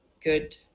good